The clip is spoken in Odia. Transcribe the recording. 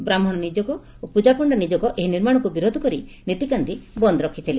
ବ୍ରାହ୍କଣ ନିଯୋଗ ଓ ପୂଜାପଣ୍ଡା ନିଯୋଗ ଏହି ନିର୍ମାଣକୁ ବିରୋଧ କରି ନୀତିକାନ୍ତି ବନ୍ଦ ରଖିଥିଲେ